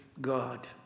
God